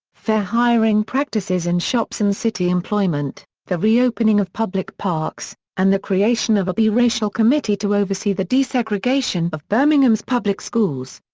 fair hiring practices in shops and city employment, the reopening of public parks, and the creation of a bi-racial committee to oversee the desegregation of birmingham's public schools.